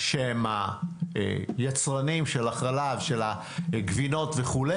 שהם יצרני החלב, הגבינות וכו',